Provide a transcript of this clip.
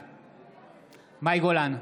בעד מאי גולן,